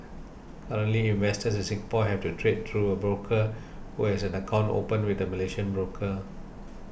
currently investors in Singapore have to trade through a broker who has an account opened with a Malaysian broker